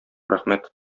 рәхмәт